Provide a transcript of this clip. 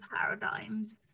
paradigms